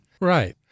Right